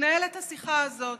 מתנהלת השיחה הזאת.